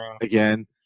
again